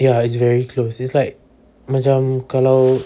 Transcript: ya it's very close it's like macam kalau